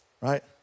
right